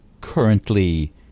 currently